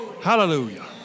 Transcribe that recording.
Hallelujah